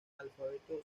alfabeto